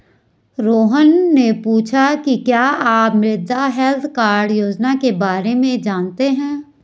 रोहन ने पूछा कि क्या आप मृदा हैल्थ कार्ड योजना के बारे में जानते हैं?